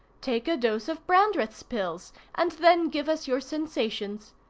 take a dose of brandreth's pills, and then give us your sensations.